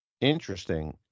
Interesting